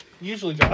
Usually